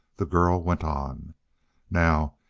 the girl went on now,